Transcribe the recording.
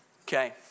Okay